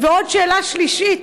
ועוד שאלה שלישית: